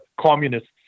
communists